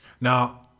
Now